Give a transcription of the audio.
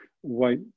white